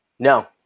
No